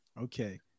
okay